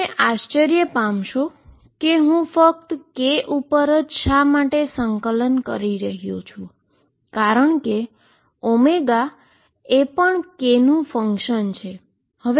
તમે આશ્ચર્ય પામી શકો છો કે હું ફક્ત K ઉપર જ શા માટે ઈન્ટીગ્રેશન કરી રહ્યો છું કારણ કે ω એ પણ K નું ફંકશન છે